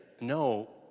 no